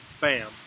Bam